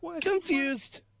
confused